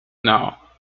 now